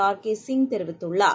R கேசிங் தெரிவித்துள்ளார்